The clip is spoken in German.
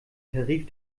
tarif